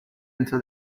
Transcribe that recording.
until